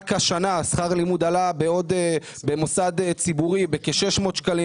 השנה שכר הלימוד במוסד ציבורי עלה בכ-600 שקלים,